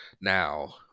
Now